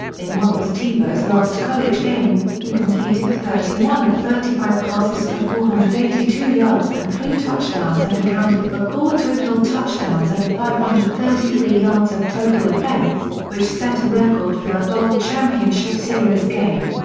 in what was tebow's last college game, he completed thirty one of thirty five passes for four hundred and eighty two yards and three touchdowns and accounted for four total touchdowns and five hundred and thirty three yards of total offense, which set a record for a bowl championship series game.